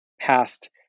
past